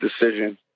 decision